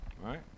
right